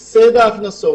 ובעסקים,